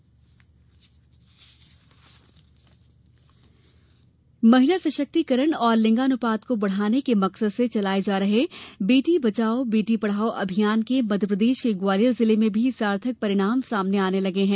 बेटी बचाओ बेटी पढ़ाओ महिला सशक्तिकरण और लिंगानुपात को बढ़ाने के मकसद से चलाये जा रहे बेटी बचाओ बेटी पढ़ाओ अभियान के मध्यप्रदेश के ग्वालियर ज़िले में भी सार्थक परिणाम सामने आने लगे हैं